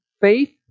faith